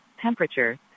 Temperature